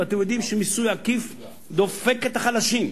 ואתם יודעים שמיסוי עקיף דופק את החלשים.